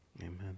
Amen